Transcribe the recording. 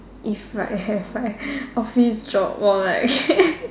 if like I have like office job or like